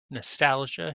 nostalgia